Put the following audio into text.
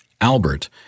Albert